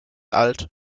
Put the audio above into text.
alt